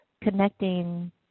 connecting